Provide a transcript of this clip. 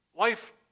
Life